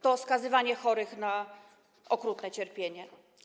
To skazywanie chorych na okrutne cierpienie.